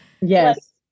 yes